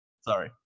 Sorry